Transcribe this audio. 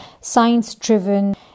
science-driven